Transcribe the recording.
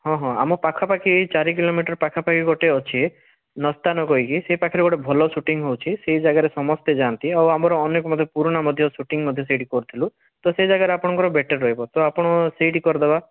ହଁ ହଁ ଆମ ପାଖପାଖି ଏଇ ଚାରି କିଲୋମିଟର୍ ପାଖାପାଖି ଗୋଟେ ଅଛି ନସ୍ତାନ କହିକି ସେଇ ପାଖରେ ଗୋଟେ ଭଲ ସୁଟିଂ ହେଉଛି ସେଇ ଜାଗାରେ ସମସ୍ତେ ଯାଆନ୍ତି ଆଉ ଆମର ଅନେକ ମଧ୍ୟ ପୁରୁଣା ମଧ୍ୟ ସୁଟିଂ ମଧ୍ୟ ସେଇଠି କରିଥିଲୁ ତ ସେ ଜାଗାରେ ଆପଣଙ୍କର ବେଟର୍ ରହିବ ତ ଆପଣ ସେଇଠି କରିଦେବା